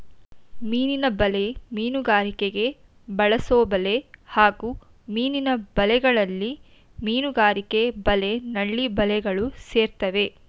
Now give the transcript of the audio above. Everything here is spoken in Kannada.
ಮೀನಿನ ಬಲೆ ಮೀನುಗಾರಿಕೆಗೆ ಬಳಸೊಬಲೆ ಹಾಗೂ ಮೀನಿನ ಬಲೆಗಳಲ್ಲಿ ಮೀನುಗಾರಿಕಾ ಬಲೆ ನಳ್ಳಿ ಬಲೆಗಳು ಸೇರ್ತವೆ